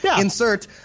insert